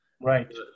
right